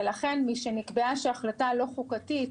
ולכן משנקבע שההחלטה לא חוקתית